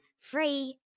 free